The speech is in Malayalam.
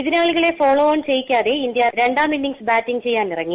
എതിരാളികളെ ഫോളോ ഓൺ ചെയ്യിക്കാതെ ഇന്ത്യ രണ്ടാം ഇന്നിംഗ്സ് ബാറ്റ് ചെയ്യാനിറങ്ങി